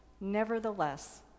nevertheless